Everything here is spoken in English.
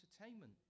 entertainment